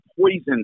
Poison